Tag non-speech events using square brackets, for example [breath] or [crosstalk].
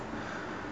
[breath]